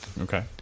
Okay